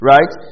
Right